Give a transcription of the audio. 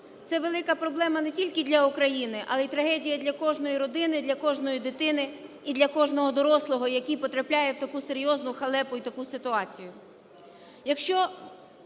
Це велика проблема не тільки для України, але і трагедія для кожної родини, для кожної дитини і для кожного дорослого, який потрапляє в таку серйозну халепу і таку ситуацію,